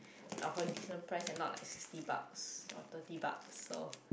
of a decent price and not like sixty bucks or thirty bucks or